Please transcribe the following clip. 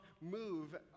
move